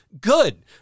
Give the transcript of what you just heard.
good